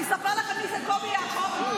אני אספר לכם מי זה קובי יעקובי.